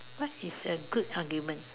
what is a good argument